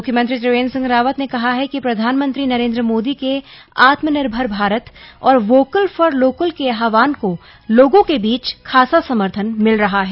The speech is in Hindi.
मुख्यमंत्री त्रिवेन्द्र सिंह रावत ने कहा है कि प्रधानमंत्री नरेन्द्र मोदी के आत्मनिर्भर भारत और वोकल फोर लोकल के आहवान को लोगों बीच खासा समर्थन मिल रहा है